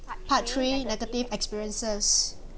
part three negative experiences